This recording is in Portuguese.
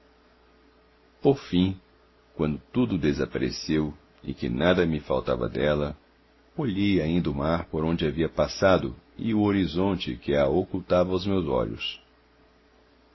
por fim quando tudo desapareceu e que nada me falava dela olhei ainda o mar por onde havia passado e o horizonte que a ocultava aos meus olhos